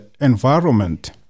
environment